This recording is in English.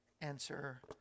answer